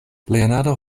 leonardo